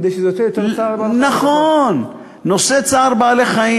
כי זה עושה יותר צער לבעלי-חיים.